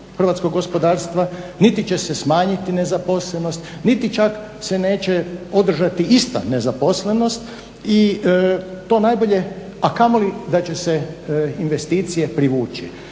hrvatskog gospodarstva, niti će se smanjiti nezaposlenost, niti čak se neće održati ista nezaposlenost i to najbolje, a kamoli da će se investicije privući.